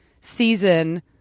season